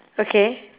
okay